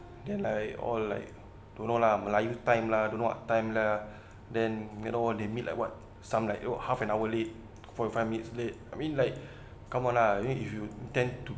then like all like don't know lah melayu time lah don't know what time lah then you know they meet like what some like half an hour late forty five minutes late I mean like come on lah you know if you tend to